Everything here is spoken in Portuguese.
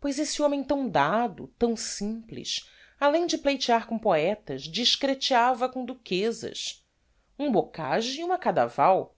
pois esse homem tão dado tão simples além de pleitear com poetas discreteava com duquezas um bocage e uma cadaval